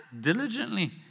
diligently